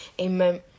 Amen